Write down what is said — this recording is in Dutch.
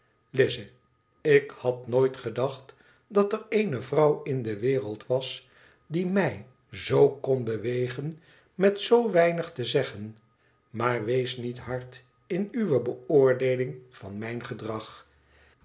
ik had nooit gedacht dat er eene vrouw in de wereld was die mij zoo kon bewegen met zoo weinig te zeggen maar wees niet hard in uwe beoordeeling van mijn gedrag